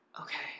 okay